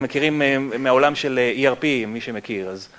מכירים מהעולם של ERP, מי שמכיר, אז...